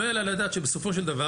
לא יעלה על הדעת שבסופו של דבר,